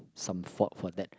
some fault for that